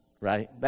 Right